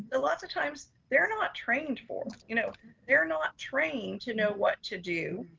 the lots of times they're not trained for, you know they're not trained to know what to do.